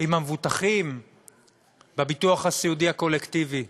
המבוטחים בביטוח הסיעודי הקולקטיבי,